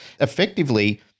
Effectively